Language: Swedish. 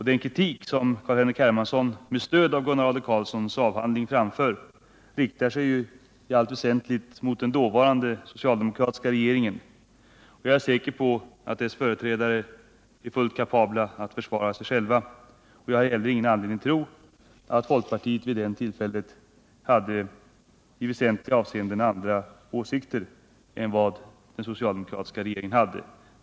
Den kritik som Carl-Henrik Hermansson med stöd av Gunnar Adler-Karlssons avhandling framför riktar sig i allt väsentligt mot den dåvarande socialdemokratiska regeringen. Jag är säker på att dess företrädare är fullt kapabla att svara för sig själva. Jag har heller ingen anledning att tro att folkpartiet vid det tillfället hade i väsentliga avseenden andra åsikter än den socialdemokratiska regeringen hade.